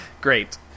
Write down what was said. Great